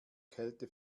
kälte